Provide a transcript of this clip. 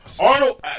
Arnold